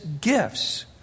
gifts